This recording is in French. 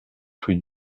rue